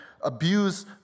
abuse